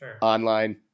online